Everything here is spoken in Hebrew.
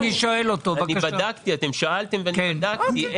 אתם שאלתם ואני בדקתי.